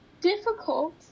difficult